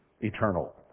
Eternal